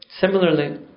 similarly